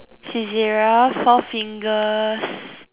Saizeriya four fingers